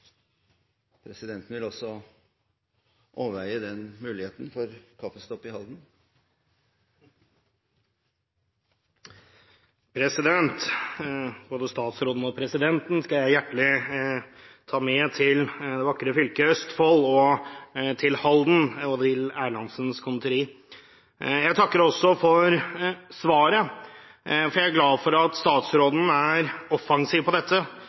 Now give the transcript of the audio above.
Presidenten vil også overveie den muligheten, for en kaffestopp i Halden. Både statsråden og presidenten skal jeg ta med til det vakre fylket Østfold og til Halden og Erlandsens Conditori. Jeg takker også for svaret, og jeg er glad for at statsråden er offensiv på dette